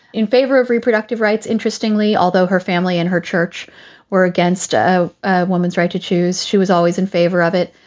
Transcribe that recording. in favor of reproductive rights interestingly, although her family and her church were against a woman's right to choose, she was always in favor of it.